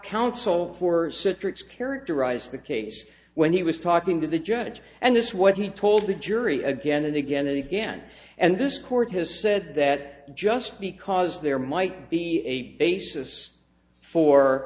counsel for citrix characterized the case when he was talking to the judge and this what he told the jury again and again and again and this court has said that just because there might be a basis